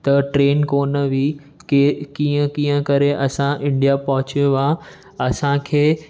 त ट्रेन कोन हुई के कीअं कीअं करे असां इंडिया पहुचे हुआ असांखे